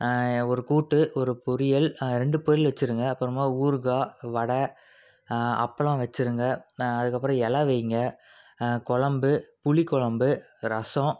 ஒரு கூட்டு ஒரு பொரியல் ரெண்டு பொரியல் வச்சுருங்க அப்புறமா ஊறுகாய் வடை அப்பளம் வச்சுருங்க அதுக்கப்புறம் இலை வையுங்க கொழம்பு புளிக்கொழம்பு ரசம்